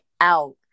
out